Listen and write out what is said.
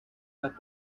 las